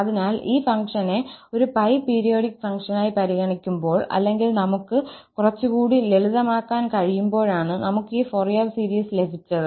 അതിനാൽ ഈ ഫംഗ്ഷനെ ഒരു 𝜋 പീരിയോഡിക് ഫംഗ്ഷനായി പരിഗണിക്കുമ്പോൾ അല്ലെങ്കിൽ നമുക് കുറച്ചുകൂടി ലളിതമാക്കാൻ കഴിയുമ്പോഴാണ് നമുക് ഈ ഫോറിയർ സീരീസ് ലഭിച്ചത്